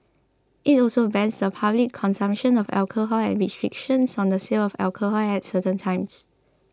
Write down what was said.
it also bans the public consumption of alcohol and restrictions on the sale of alcohol at certain times